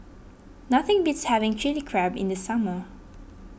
nothing beats having Chilli Crab in the summer